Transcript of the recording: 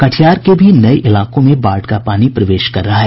कटिहार के भी नई इलाकों में बाढ़ का पानी प्रवेश कर रहा है